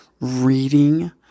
reading